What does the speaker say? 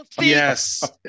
Yes